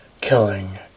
killing